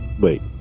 Wait